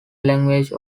language